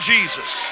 Jesus